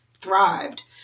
thrived